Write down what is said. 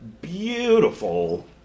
beautiful